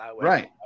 right